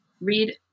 read